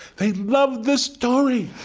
they loved this story,